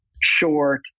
short